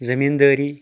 زٔمیٖندٲری